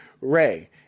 Ray